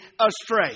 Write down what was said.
astray